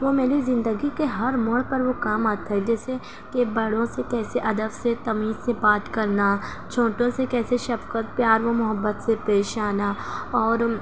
وہ میری زندگی کے ہر موڑ پر وہ کام آتا ہے جیسے کہ بڑوں سے کیسے ادب سے تمیز سے بات کرنا چھوٹوں سے کیسے شفقت پیار و محبت سے پیش آنا اور